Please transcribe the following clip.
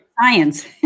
Science